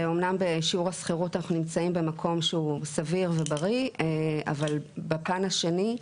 שאמנם בשיעור השכירות אנחנו נמצאים במקום שהוא סביר ובריא אבל בפן השני,